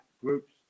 Groups